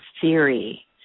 theory